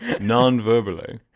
non-verbally